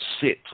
sit